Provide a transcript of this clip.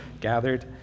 gathered